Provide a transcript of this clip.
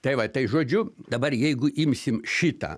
tai va tai žodžiu dabar jeigu imsim šitą